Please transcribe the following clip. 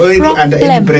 problem